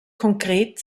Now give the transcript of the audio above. konkret